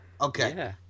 Okay